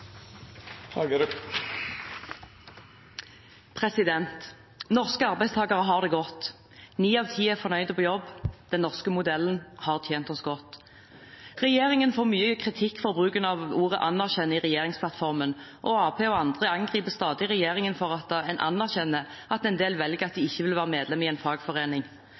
på. Norske arbeidstakere har det godt. Ni av ti er fornøyde på jobb. Den norske modellen har tjent oss godt. Regjeringen får mye kritikk for bruken av ordet «anerkjenner» i regjeringsplattformen, og Arbeiderpartiet og andre angriper stadig regjeringen for at den anerkjenner at en del velger ikke å være medlem i